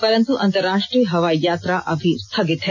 परन्तु अंतरराष्ट्रीय हवाई यात्रा अभी स्थगित है